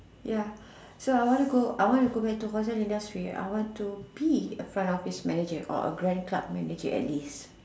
ya so I want to go I want to go back to hotel industry I want to be a front office manager or a grand club manager at least